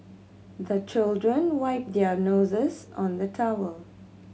the children wipe their noses on the towel